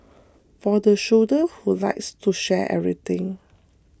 for the soldier who likes to share everything